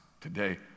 today